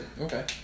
Okay